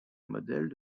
modèles